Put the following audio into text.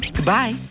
Goodbye